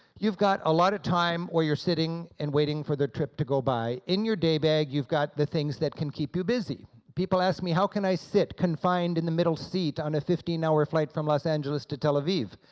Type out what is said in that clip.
you've got a lot of time where you're sitting and waiting for the trip to go by. in your day bag you've got the things that can keep you busy. people ask me, how can i sit confined in the middle seat on a fifteen hour flight from los angeles to tel aviv?